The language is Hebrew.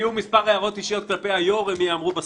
תהיינה מספר הערות אישיות כלפי היושב-ראש והן תאמרנה בסוף.